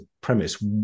premise